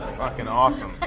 fucking awesome.